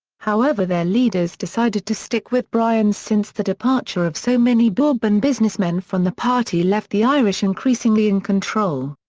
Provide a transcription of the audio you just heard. however their leaders decided to stick with bryan since the departure of so many bourbon businessmen from the party left the irish increasingly in control.